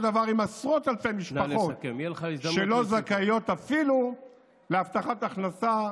אותו דבר עם עשרות אלפי משפחות שלא זכאיות אפילו להבטחת הכנסה,